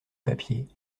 papier